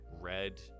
red